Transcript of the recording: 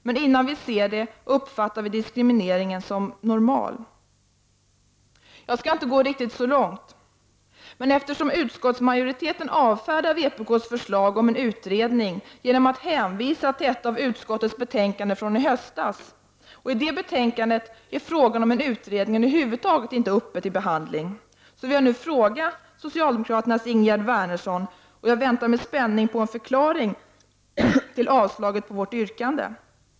Men innan vi ser det uppfattar vi diskrimineringen som normal.” Jag skall inte gå riktigt så långt, men eftersom utskottsmajoriteten avfärdar vpk:s förslag om en utredning genom att hänvisa till ett av utskottets betänkanden från i höstas, där frågan om en utredning över huvud taget inte tas upp till behandling, väntar jag nu med spänning på Ingegerd Wärnerssons förklaring till avstyrkandet av vårt yrkande.